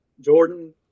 Jordan